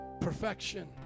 perfection